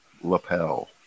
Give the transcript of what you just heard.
lapel